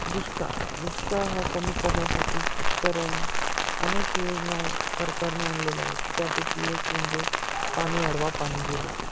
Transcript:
दुष्काळ दुष्काळ हा कमी करण्यासाठी शेतकऱ्यांना अनेक योजना सरकारने आणलेल्या आहेत त्यापैकी एक म्हणजे पाणी अडवा पाणी जिरवा